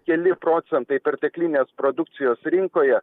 keli procentai perteklinės produkcijos rinkoje